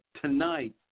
tonight